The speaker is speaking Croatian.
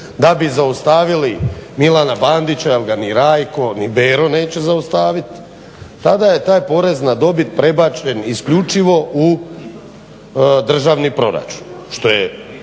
da bi zaustavili Milana Bandića jel ga ni Rajko ni Bero neće zaustaviti, tada je taj porez na dobit prebačen isključivo u državni proračun što je